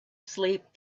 sleep